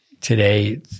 today –